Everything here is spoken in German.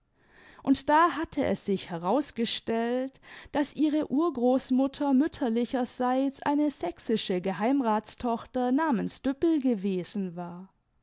und da hatte es sich herausgestellt daß ihre urgroßmutter mütterlicherseits eine sächsische geheimratstochter namens düppel gewesen war